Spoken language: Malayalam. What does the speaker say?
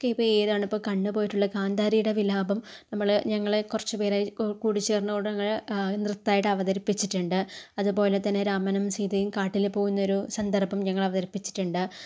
ഇപ്പോൾ ഏതാണ് കണ്ണ് പോയിട്ടുള്ള ഗാന്ധാരിയുടെ വിലാപം നമ്മള് ഞങ്ങള് കുറച്ചുപേര് കൂടി ചേർന്നുകൊണ്ട് നൃത്തായിട്ടു അവതരിപ്പിച്ചിട്ടുണ്ട് അതുപോലെ തന്നെ രാമനും സീതയും കാട്ടില് പോകുന്നൊരു സന്ദർഭം ഞങ്ങൾ അവതരിപ്പിച്ചിട്ടുണ്ട്